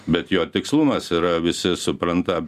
bet jo tikslumas yra visi supranta